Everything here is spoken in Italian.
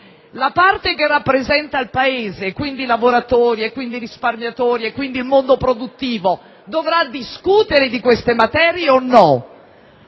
La parte che rappresenta il Paese, quindi i lavoratori, e quindi i risparmiatori e il mondo produttivo, dovrà discutere di queste materie oppure